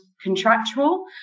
contractual